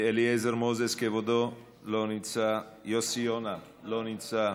אליעזר מוזס, כבודו, לא נמצא, יוסי יונה, לא נמצא,